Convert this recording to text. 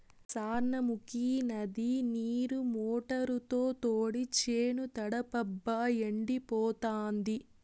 సార్నముకీ నది నీరు మోటారుతో తోడి చేను తడపబ్బా ఎండిపోతాంది